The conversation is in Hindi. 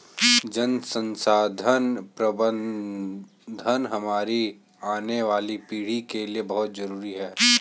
जल संसाधन प्रबंधन हमारी आने वाली पीढ़ी के लिए बहुत जरूरी है